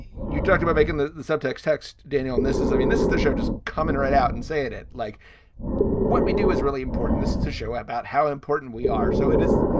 you talk about making the subtext text, daniel, and this is i mean, this is the show just coming right out and say it it like what we do is really important. this is a show about how important we are. so it is,